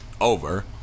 over